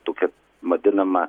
tokia vadinama